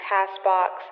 Castbox